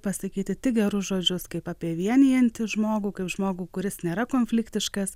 pasakyti tik gerus žodžius kaip apie vienijantį žmogų kaip žmogų kuris nėra konfliktiškas